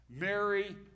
Mary